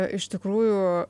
iš tikrųjų